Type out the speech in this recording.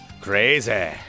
Crazy